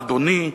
ואף אחד, אדוני,